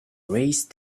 raised